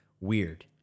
weird